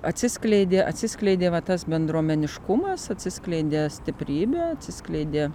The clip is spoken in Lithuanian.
atsiskleidė atsiskleidė va tas bendruomeniškumas atsiskleidė stiprybė atsiskleidė